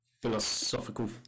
Philosophical